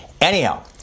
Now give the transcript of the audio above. Anyhow